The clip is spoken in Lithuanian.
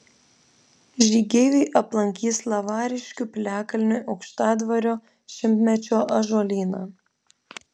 žygeiviai aplankys lavariškių piliakalnį aukštadvario šimtmečio ąžuolyną